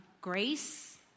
grace